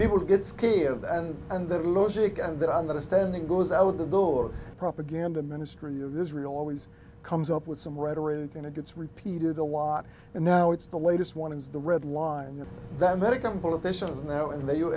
people get scared and and that logic and that understanding goes out the door propaganda ministry of israel always comes up with some rhetoric and it gets repeated a lot and now it's the latest one is the red line that american politicians now in the u